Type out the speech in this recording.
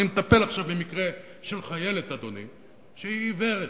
אני מטפל עכשיו במקרה של חיילת שהיא עיוורת.